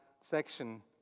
section